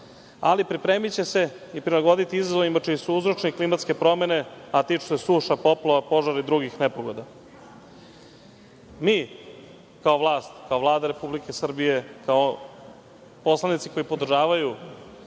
ali pripremiće se i prilagoditi izazovima čiji su uzročnik klimatske promene, a tiču se suša, poplava, požara i drugih nepogoda. Kao vlast, kao Vlada Republike Srbije, kao poslanici koji podržavaju